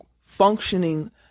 functioning